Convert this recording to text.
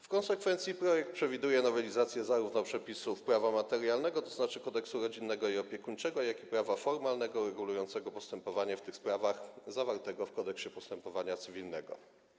W konsekwencji projekt przewiduje nowelizację zarówno przepisów prawa materialnego, tzn. Kodeksu rodzinnego i opiekuńczego, jak i prawa formalnego regulującego postępowanie w tych sprawach, zawartego w Kodeksie postępowania cywilnego.